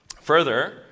Further